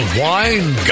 wine